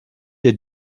der